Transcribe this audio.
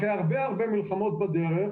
אחרי הרבה הרבה מלחמות בדרך